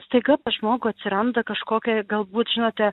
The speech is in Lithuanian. staiga pas žmogų atsiranda kažkokia galbūt žinote